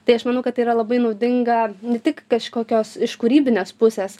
tai aš manau kad tai yra labai naudinga ne tik kažkokios iš kūrybinės pusės